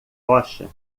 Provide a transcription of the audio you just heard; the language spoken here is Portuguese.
rocha